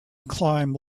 climb